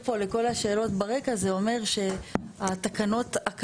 (ב) בסעיף קטן (ב),